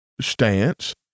stance